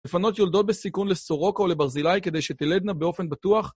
לפנות יולדות בסיכון לסורוקה או לברזילאי כדי שתלדנה באופן בטוח.